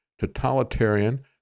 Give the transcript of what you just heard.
totalitarian